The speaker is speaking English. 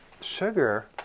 sugar